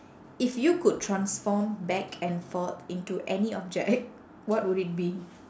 if you could transform back and forth into any object what would it be